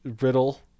riddle